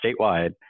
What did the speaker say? statewide